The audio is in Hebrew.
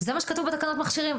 זה מה שכתוב בתקנות מכשירים.